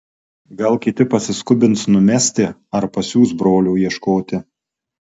gal kiti pasiskubins numesti ar pasiųs brolio ieškoti